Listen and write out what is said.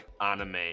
anime